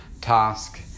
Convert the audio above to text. task